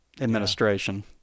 administration